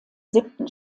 siebten